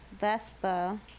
Vespa